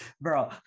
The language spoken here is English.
Bro